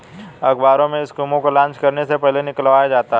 अखबारों में स्कीमों को लान्च करने से पहले निकलवाया जाता है